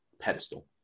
pedestal